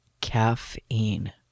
Caffeine